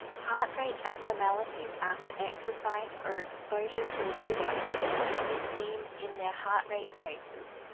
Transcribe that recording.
heart rate abnormalities after exercise or exposure to a trigger can be seen in their heart rate traces.